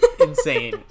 insane